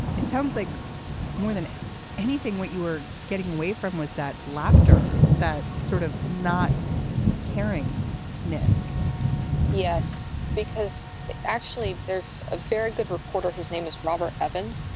it sounds like more than anything, what you were getting away from was that laughter, that sort of not caring ennis yes, because actually there's a very good reporter. his name is robert evans,